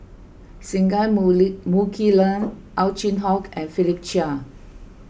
Singai Mukilan Ow Chin Hock and Philip Chia